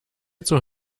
zur